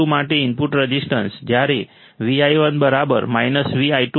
Vi2 માટે input resistance જ્યારે Vi1 Vi2 બરાબર હશે